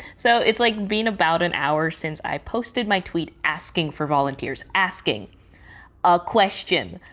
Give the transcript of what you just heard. so it's like been about an hour since i posted my tweet asking for volunteers. asking a question.